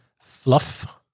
Fluff